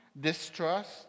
distrust